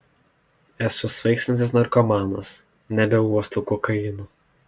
esu sveikstantis narkomanas nebeuostau kokaino